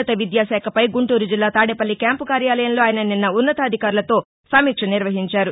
ఉన్నత విద్యాశాఖపై గుంటూరు జిల్లా తాదేపల్లి క్యాంపు కార్యాలయంలో ఆయన నిన్న ఉన్నతాధికారులతో సమీక్ష నిర్వహించారు